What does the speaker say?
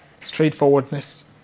straightforwardness